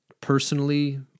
personally